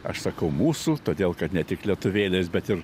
aš sakau mūsų todėl kad ne tik lietuvėlės bet ir